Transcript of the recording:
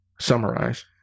summarize